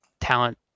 talent